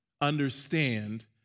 understand